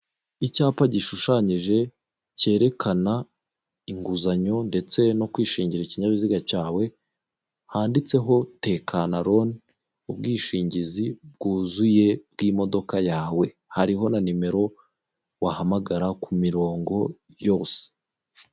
Icyapa gishushanyije cyerekana inguzanyo ndetse no kwishingira ikinyabiziga cyawe, handitseho "Tekana loan, ubwishingizi bwuzuye bw'imodoka yawe", hariho na nimero wahamagara ku mirongo yose.